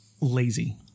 lazy